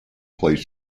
place